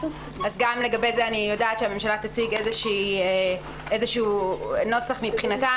גם לגבי זה אני יודעת שהממשלה תציג איזשהו נוסח מבחינתה